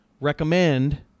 recommend